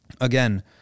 again